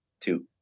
two